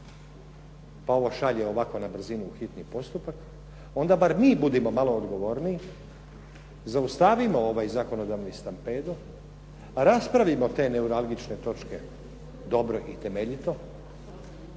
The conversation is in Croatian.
pa ovo šalje ovako na brzinu u hitni postupak, onda bar mi budimo malo odgovorniji, zaustavimo ovaj zakonodavni stampedo, raspravimo te neuralgične točke dobro i temeljito